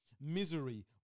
Misery